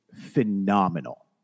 phenomenal